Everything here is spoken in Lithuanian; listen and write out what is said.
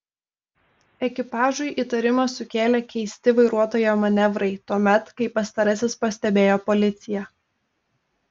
ekipažui įtarimą sukėlė keisti vairuotojo manevrai tuomet kai pastarasis pastebėjo policiją